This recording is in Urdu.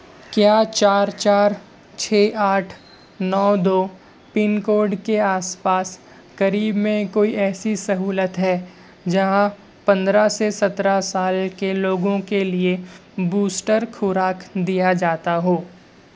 کیا چار چار چھ آٹھ نو دو پن کوڈ کے آس پاس قریب میں کوئی ایسی سہولت ہے جہاں پندرہ سے سترہ سال سال کے لوگوں کے لیے بوسٹر خوراک دیا جاتا ہو